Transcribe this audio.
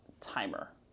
timer